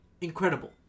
incredible